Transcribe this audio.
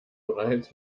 bereits